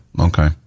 Okay